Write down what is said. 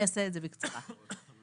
השילוב הוא הכי טוב, גם בכסף וגם בעין.